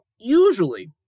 usually